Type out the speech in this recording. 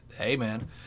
amen